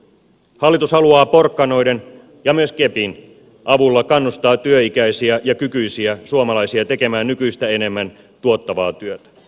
hallitus haluaa porkkanoiden ja myös kepin avulla kannustaa työikäisiä ja kykyisiä suomalaisia tekemään nykyistä enemmän tuottavaa työtä